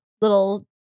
Little